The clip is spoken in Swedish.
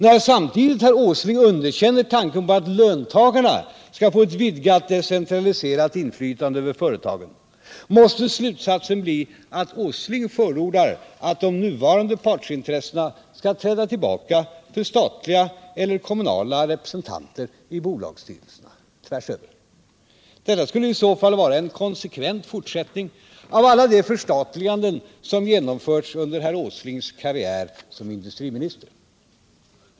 När herr Åsling samtidigt underkänner tanken på att löntagarna skall ges ett vidgat decentraliserat inflytande över företagen, måste slutsatsen bli att herr Åsling förordar att de nuvarande partsintressena skall träda tillbaka för statliga eller kommunala representanter i bolagsstyrelserna. Detta skulle i så fall vara en konsekvent fortsättning av alla de förstatliganden som genomförts under herr Åslings karriär som industriminister.